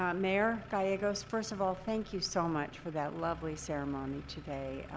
ah mayor gallego, first of all, thank you so much for that lovely ceremony today.